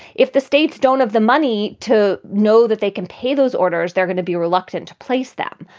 if the states don't have the money to know that they can pay those orders, they're going to be reluctant to place them.